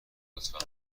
لطفا